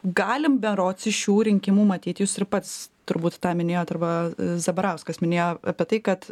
galim berods iš šių rinkimų matyt jūs ir pats turbūt tą minėjot arba zabarauskas minėjo apie tai kad